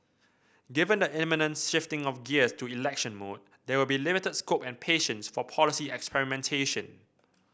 given the imminent shifting of gears to election mode there will be limited scope and patience for policy experimentation